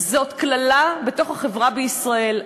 קללה בתוך החברה בישראל.